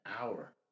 hour